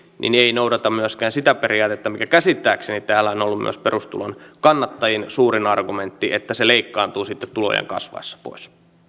ei noudata myöskään sitä periaatetta mikä käsittääkseni täällä on ollut myös perustulon kannattajien suurin argumentti että se leikkaantuu sitten tulojen kasvaessa pois